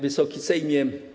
Wysoki Sejmie!